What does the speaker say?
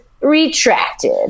retracted